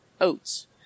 oats